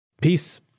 Peace